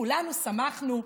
כולנו שמחנו.